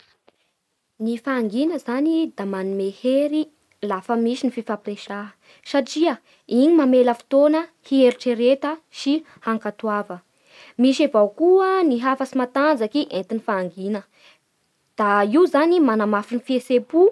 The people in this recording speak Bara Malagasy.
Ny fahangina zany da manome hery lafa misy ny fifampiresaha, satria igny mamela fotoa hieritrereta sy hankatoava. Misy avao koa ny hafa tsy matanjaky oentin'ny fahangina, da io zany manamafy ny fihetse-po